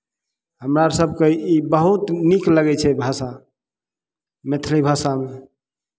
हमरा अर सभके ई बहुत नीक लगै छै भाषा मैथिली भाषामे